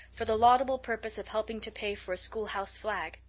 for the laudable purpose of helping to pay for a schoolhouse flag.